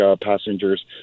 passengers